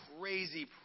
Crazy